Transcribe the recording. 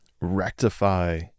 rectify